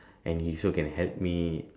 and he also can help me